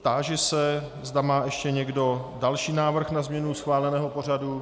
Táži se, zda má ještě někdo další návrh na změnu schváleného pořadu.